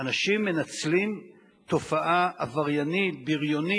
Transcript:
אנשים מנצלים תופעה עבריינית, בריונית,